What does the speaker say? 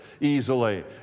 easily